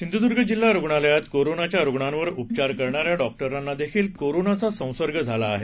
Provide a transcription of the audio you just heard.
सिंधूदूर्ग जिल्हा रुग्णालयात कोरोनाच्या रुग्णांवर उपचार करणाऱ्या डॉक्टरांना देखील कोरोनाचा संसर्ग झाला आहे